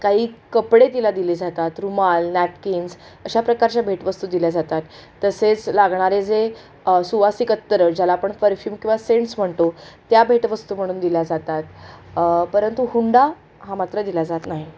काही कपडे तिला दिले जातात रुमाल नॅपकीन्स अशा प्रकारच्या भेटवस्तू दिल्या जातात तसेच लागणारे जे सुवासीक अत्तरं ज्याला आपण परफ्यूम किंवा सेंट्स म्हणतो त्या भेटवस्तू म्हणून दिल्या जातात परंतु हुंडा हा मात्र दिला जात नाही